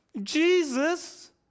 Jesus